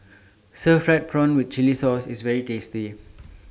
Stir Fried Prawn with Chili Sauce IS very tasty